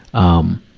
um,